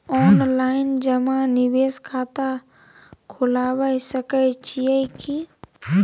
Online जमा निवेश खाता खुलाबय सकै छियै की?